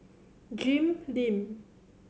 Jim Lim